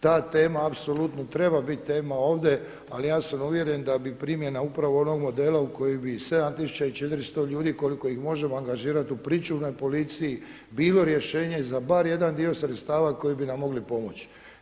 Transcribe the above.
Ta tema treba biti apsolutno tema ovdje, ali ja sam uvjeren da bi primjena upravo onog modela u kojem bi 7400 ljudi koliko ih možemo angažirati u pričuvnoj policiji bilo rješenje za bar jedan dio sredstava koji bi nam mogli pomoći.